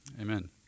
Amen